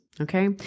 okay